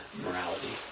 morality